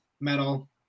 metal